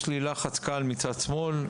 יש לי לחץ קל מצד שמאל,